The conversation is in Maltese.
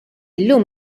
llum